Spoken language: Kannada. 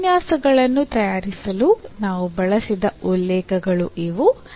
ಈ ಉಪನ್ಯಾಸಗಳನ್ನು ತಯಾರಿಸಲು ನಾವು ಬಳಸಿದ ಉಲ್ಲೇಖಗಳು ಇವು